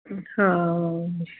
ਹਾਂ